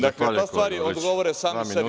Dakle, te stvari nek odgovore sami sebi.